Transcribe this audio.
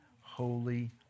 holy